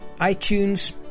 itunes